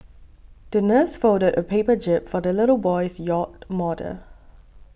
the nurse folded a paper jib for the little boy's yacht model